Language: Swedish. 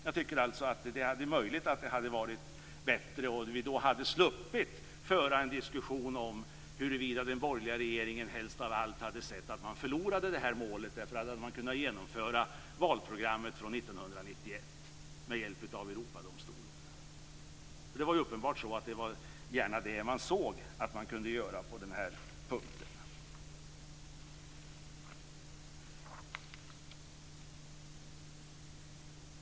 Jag tycker alltså att det är möjligt att det hade varit bättre och att vi då hade sluppit föra en diskussion om huruvida den borgerliga regeringen helst av allt hade sett att man förlorade det här målet. Då hade man kunnat genomföra valprogrammet från 1991 med hjälp av Europadomstolen. Det var uppenbart att det var det man gärna såg att man kunde göra på den här punkten.